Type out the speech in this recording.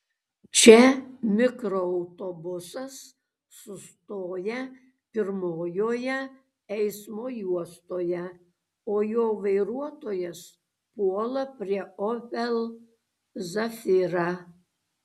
čia mikroautobusas sustoja pirmojoje eismo juostoje o jo vairuotojas puola prie opel zafira